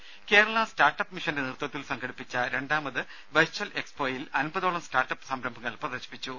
ഒരുഭ Kerala startup മിഷന്റെ നേതൃത്വത്തിൽ സംഘടിപ്പിച്ച രണ്ടാമത് വെർച്വൽ എക്സ്പോയിൽ അൻപതോളം സ്റ്റാർട്ടപ്പ് സംരഭങ്ങൾ പ്രദർശിപ്പിച്ചു